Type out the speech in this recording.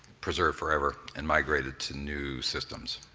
preserved forever and migrated to new systems.